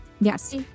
Yes